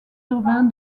urbain